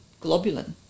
globulin